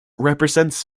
represents